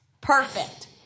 Perfect